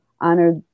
honor